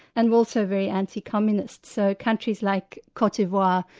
and were also very anti-communist. so countries like cote d'ivoire,